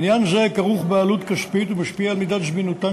עניין זה כרוך בעלות כספית ומשפיע על מידת זמינותן